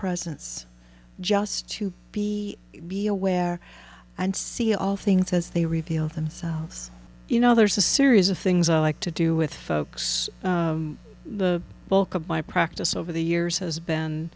presence just to be be aware and see all things as they reveal themselves you know there's a series of things i like to do with folks the bulk of my practice over the years has been